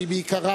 לדיון